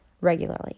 regularly